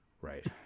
right